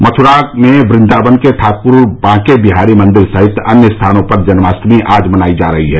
मथुरा में वन्दावन के ठाक्र बांके बिहारी मंदिर सहित अन्य स्थानों पर जन्माष्टमी आज मनायी जा रही है